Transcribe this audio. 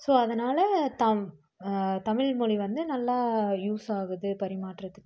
so அதனால் தான் தமிழ்மொழி வந்து நல்லா யூஸ் ஆகுது பரிமாற்றத்துக்கு